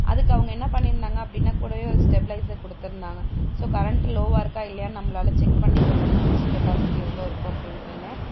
அதுக்கு அவங்க என்ன பண்ணியிருந்தாங்க அப்படின்னா கூடவே ஒரு ஸ்டெப்லைசர் கொடுத்துருந்தாங்க ஸோ கரண்ட் லோவாக இருக்கா இல்லையானு நம்மளால் செக் பண்ணிக்க முடிஞ்சிச்சு கெப்பாசிட்டி எவ்வளோ இருக்குது அப்படின்ட்டுனு